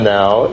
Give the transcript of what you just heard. now